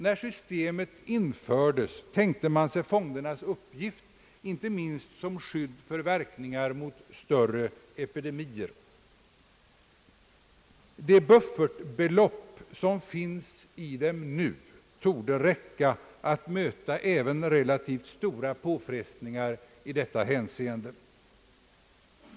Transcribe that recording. dernas uppgift inte minst vara att utgöra ett skydd mot verkningarna av större epidemier. Det buffertbelopp, som fonderna nu inrymmer, torde räcka för att möta även relativt stora påfrestningar i detta hänseende.